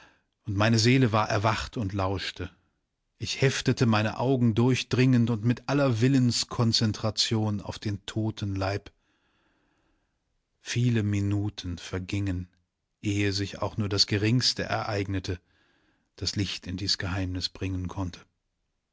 und meine seele war erwacht und lauschte ich heftete meine augen durchdringend und mit aller willenskonzentration auf den totenleib viele minuten vergingen ehe sich auch nur das geringste ereignete das licht in dies geheimnis bringen konnte